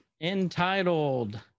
entitled